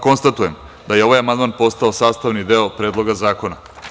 Konstatujem da je ovaj amandman postao sastavni deo Predloga zakona.